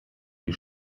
wie